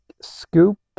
scoop